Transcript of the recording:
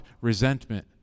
resentment